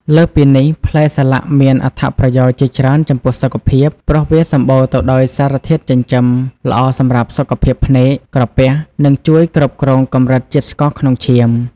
លើសពីនេះ ផ្លែសាឡាក់មានអត្ថប្រយោជន៍ជាច្រើនចំពោះសុខភាព ព្រោះវាសម្បូរទៅដោយសារធាតុចិញ្ចឹម ល្អសម្រាប់សុខភាពភ្នែក ក្រពះ ហើយជួយគ្រប់គ្រងកម្រិតជាតិស្ករ ក្នុងឈាម។